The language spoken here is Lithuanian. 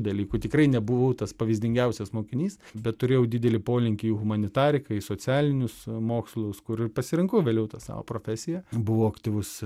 dalykų tikrai nebuvau tas pavyzdingiausias mokinys bet turėjau didelį polinkį į humanitariką į socialinius mokslus kur ir pasirinkau vėliau tą savo profesiją buvau aktyvus